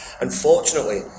Unfortunately